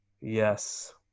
Yes